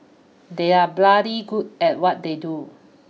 they are bloody good at what they do